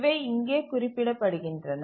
இவை இங்கே குறிப்பிடப்படுகின்றன